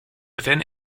within